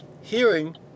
hearing